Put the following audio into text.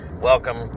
Welcome